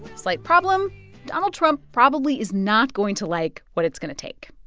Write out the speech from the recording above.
slight problem donald trump probably is not going to like what it's going to take